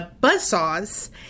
buzzsaws